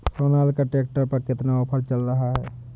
Sonalika tractor पर कितना offer चल रहा है?